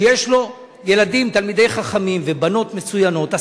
שיש לו ילדים תלמידי חכמים ובנות מצוינות,